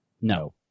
No